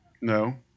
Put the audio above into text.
No